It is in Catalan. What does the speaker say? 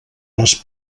les